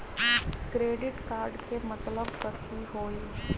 Credit card के मतलब कथी होई?